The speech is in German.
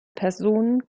personen